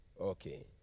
Okay